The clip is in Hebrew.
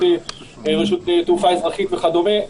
רשות תעופה אזרחית וכדומה,